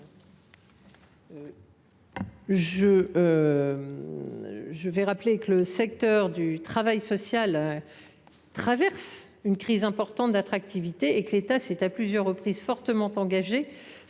du Gouvernement ? Le secteur du travail social traverse une crise importante d’attractivité et l’État s’est à plusieurs reprises fortement engagé,